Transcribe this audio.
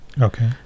Okay